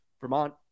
Vermont